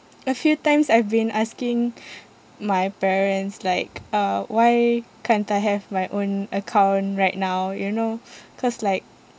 a few times I've been asking my parents like uh why can't I have my own account right now you know cause like